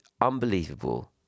unbelievable